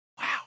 Wow